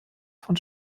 von